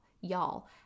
y'all